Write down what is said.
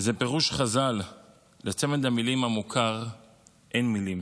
זה פירוש חז"ל לצמד המילים המוכר "אין מילים".